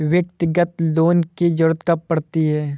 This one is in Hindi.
व्यक्तिगत लोन की ज़रूरत कब पड़ती है?